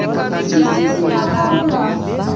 CC सीमा का होला?